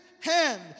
hand